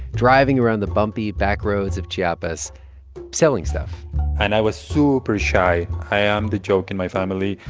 driving around the bumpy back roads of chiapas selling stuff and i was super shy. i am the joke in my family.